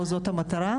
לא זאת המטרה,